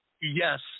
Yes